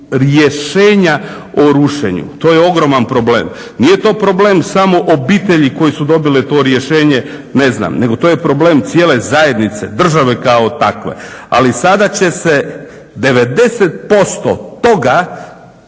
rješenja o rušenju to je ogroman problem, nije to problem samo obitelji koje su dobile to rješenje nego to je problem cijele zajednice, države kao takve. Ali sada će se 90% toga